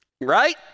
right